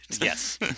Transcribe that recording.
Yes